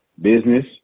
Business